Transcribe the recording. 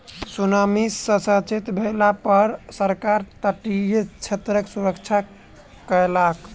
tsunami सॅ सचेत भेला पर सरकार तटीय क्षेत्रक सुरक्षा कयलक